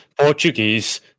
Portuguese